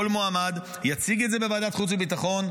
כל מועמד יציג את זה בוועדת החוץ והביטחון.